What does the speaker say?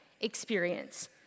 experience